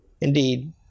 Indeed